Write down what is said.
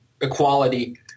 equality